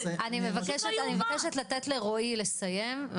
אני מבקשת לאפשר לרועי לסיים.